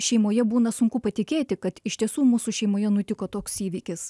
šeimoje būna sunku patikėti kad iš tiesų mūsų šeimoje nutiko toks įvykis